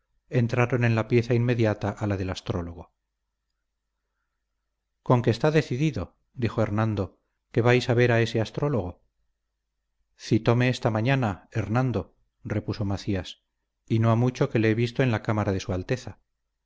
entraron en la pieza inmediata a la del astrólogo con que está decidido dijo hernando que vais a ver a ese astrólogo citóme esta mañana hernando repuso macías y no ha mucho que le he visto en la cámara de su alteza